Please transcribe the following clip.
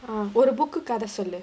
uh ஒரு:oru book கத சொல்லு:kadha sollu